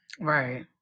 Right